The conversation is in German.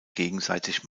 gegenseitig